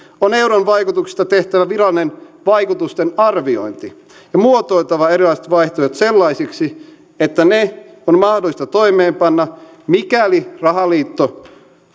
on euron vaikutuksista tehtävä virallinen vaikutusten arviointi ja muotoiltava erilaiset vaihtoehdot sellaisiksi että ne on mahdollista toimeenpanna mikäli rahaliitto